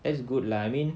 that's good lah I mean